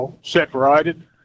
separated